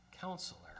counselor